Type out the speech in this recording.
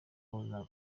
koza